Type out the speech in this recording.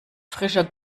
frischer